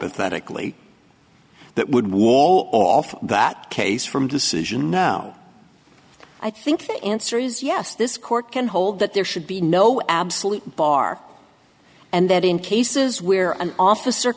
pathetically that would wall off that case from decision now i think the answer is yes this court can hold that there should be no absolute bar and that in cases where an officer